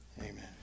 Amen